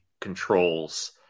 controls